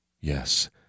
Yes